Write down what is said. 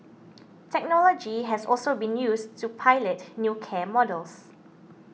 technology has also been used to pilot new care models